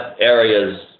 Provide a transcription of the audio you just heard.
areas